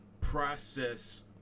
process